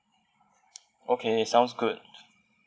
okay sounds good